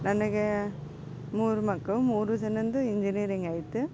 ನನಗೆ ಮೂರು ಮಕ್ಕಳು ಮೂರು ಜನದ್ದು ಇಂಜಿನೀಯರಿಂಗಾಯಿತು